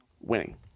winning